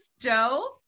Joe